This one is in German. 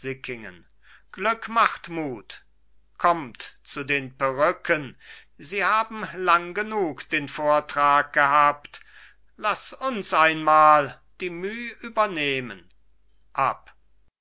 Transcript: glück macht mut kommt zu den perücken sie haben lang genug den vortrag gehabt laß uns einmal die müh übernehmen